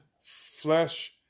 flesh